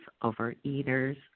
overeaters